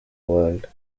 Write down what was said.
world